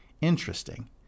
interesting